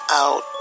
out